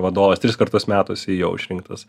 vadovas tris kartus metus jau išrinktas